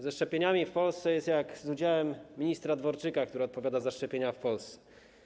Ze szczepieniami w Polsce jest tak, jak z udziałem w debacie ministra Dworczyka, który odpowiada za szczepienia w Polsce.